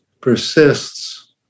persists